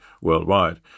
worldwide